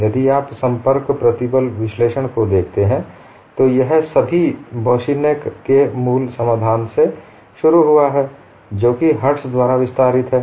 यदि आप संपर्क प्रतिबल विश्लेषण को देखते हैं तो यह सभी बाॅसिनेक Boussinesqs के मूल समाधान से शुरू हुआ जो कि हर्ट्ज द्वारा विस्तारित है